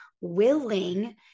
willing